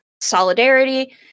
solidarity